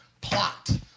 Plot